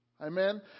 Amen